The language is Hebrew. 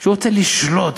שהוא רוצה לשלוט ביהדות,